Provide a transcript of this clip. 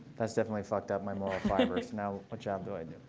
that's definitely fucked up my moral fibers. now what job do i